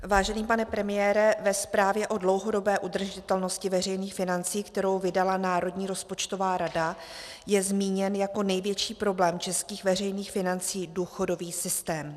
Vážený pane premiére, ve zprávě o dlouhodobé udržitelnosti veřejných financí, kterou vydala Národní rozpočtová rada, je zmíněn jako největší problém českých veřejných financí důchodový systém.